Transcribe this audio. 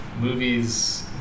movies